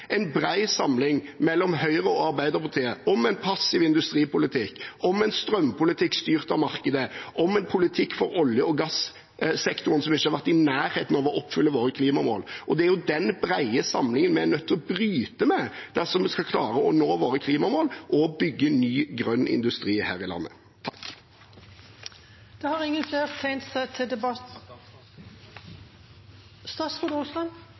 en bred samling, mellom Høyre og Arbeiderpartiet, om en passiv industripolitikk, om en strømpolitikk styrt av markedet, om en politikk for olje- og gassektoren som ikke har vært i nærheten av å oppfylle våre klimamål. Det er jo den brede samlingen vi er nødt til å bryte med dersom vi skal klare å nå våre klimamål og bygge ny grønn industri her i landet. Det kan hende Kristjánsson prøver å trekke opp en debatt